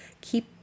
Keep